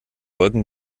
wolken